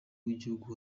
w’igihugu